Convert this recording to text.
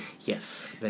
Yes